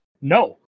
No